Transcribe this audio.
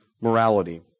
morality